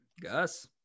Gus